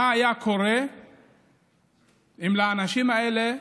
האנשים האלה,